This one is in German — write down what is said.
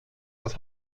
das